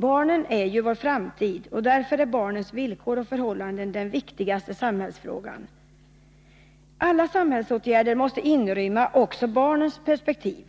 Barnen är vår framtid. Därför är barnens villkor och förhållanden den viktigaste samhällsfrågan. Alla samhällsåtgärder måste inrymma också barnens perspektiv.